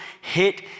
hit